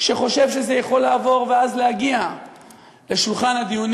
שחושב שזה יכול לעבור ואז להגיע לשולחן הדיונים